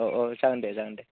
औ औ जागोन दे जागोन दे